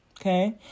Okay